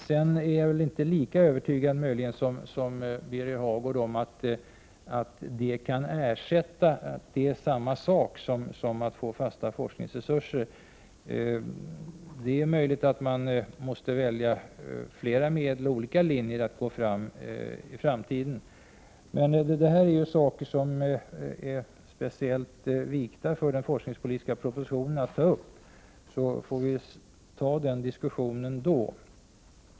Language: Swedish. Sedan är jag väl inte lika övertygad som Birger Hagård om att detta kan ersätta att man skulle få fasta forskningsresurser. Det är möjligt att man måste välja flera medel och olika linjer att gå fram på i framtiden. Det här är dock frågor som är speciellt vikta för att tas upp i den forskningspolitiska propositionen. Vi får vänta med denna diskussion.